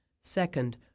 Second